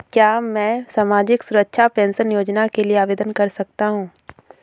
क्या मैं सामाजिक सुरक्षा पेंशन योजना के लिए आवेदन कर सकता हूँ?